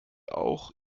auch